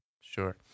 Sure